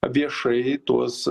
viešai tuos